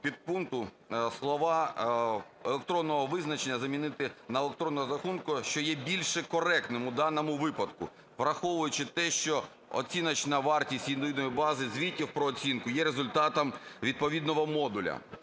підпункту слова "електронного визначення" замінити на "електронного розрахунку", що є більше коректним у даному випадку, враховуючи те, що оціночна вартість Єдиної бази звітів про оцінку є результатом відповідного модуля,